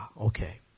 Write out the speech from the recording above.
Okay